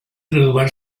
graduar